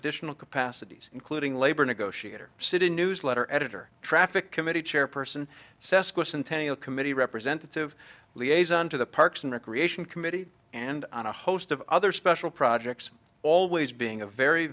additional capacities including labor negotiator city newsletter editor traffic committee chairperson sesquicentennial committee representative liaison to the parks and recreation committee and on a host of other special projects always being a very